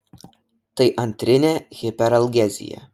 tai antrinė hiperalgezija